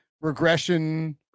regression